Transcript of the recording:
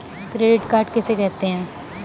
Credit card किसे कहते हैं?